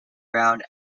brown